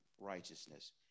righteousness